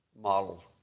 model